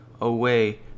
away